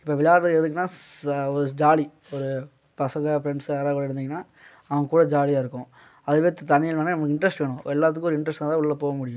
இப்போ விளாடுறது எதுக்குன்னா ஒரு ஜாலி ஒரு பசங்க ஃப்ரண்ட்ஸ் யாராவதோடு விளாண்டு இருந்தீங்கன்னா அவங்ககூட ஜாலியாக இருக்கும் அதுமாரி தனியாக விளாடினோம்னா நமக்கு இன்ட்ரெஸ்ட் வேணும் எல்லாத்துக்கும் ஒரு இன்ட்ரெஸ்ட் இருந்தால்தான் உள்ளே போக முடியும்